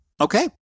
Okay